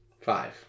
five